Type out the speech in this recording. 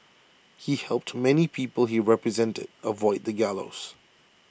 he helped many people he represented avoid the gallows